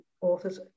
authors